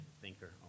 thinker